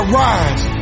rise